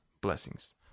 Blessings